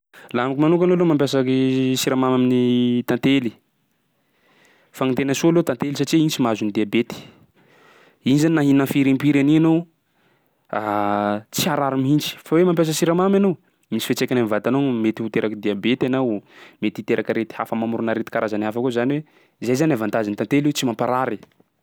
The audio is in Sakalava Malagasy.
Laha amiko manokana aloha mampiasa ny siramamy amin'ny tantely fa gny tena soa aloha tantely satsia iny tsy maha azon'ny diabety. Iny zany na hina firy impiry an'i anao tsy harary mihitsy fa hoe mampiasa sirmamy anao, misy fiantraikany am'vatanao igny, mety ho teraky diabety anao. Mety hiteraka arety hafa mamorona arety karazany hafa koa zany hoe zay zany avantagen'ny tantely tsy mamparary.